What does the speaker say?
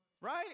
right